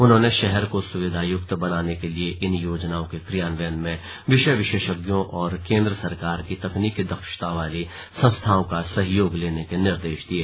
उन्होंने शहर को सुविधायुक्त बनाने के लिए इन योजनाओं के क्रियान्वयन में विषय विशेषज्ञों और केंद्र सरकार की तकनीकी दक्षता वाली संस्थाओं का सहयोग लेने के निर्देश दिये